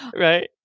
Right